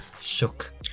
shook